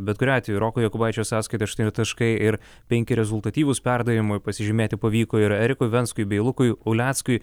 bet kuriuo atveju roko jokubaičio sąskaitoj aštuoni taškai ir penki rezultatyvūs perdavimai pasižymėti pavyko ir erikui venskui bei lukui uleckui